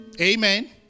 Amen